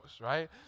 right